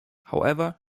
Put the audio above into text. however